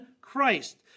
christ